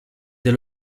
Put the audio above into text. dès